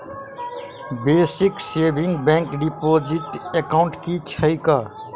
Basic savings bank deposit account की छैक?